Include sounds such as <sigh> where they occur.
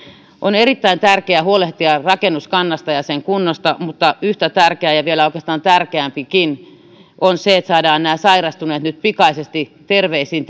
on erittäin tärkeää huolehtia rakennuskannasta ja sen kunnosta mutta yhtä tärkeää ja vielä oikeastaan tärkeämpääkin on se että saadaan nämä sairastuneet nyt pikaisesti terveisiin <unintelligible>